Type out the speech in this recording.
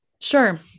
Sure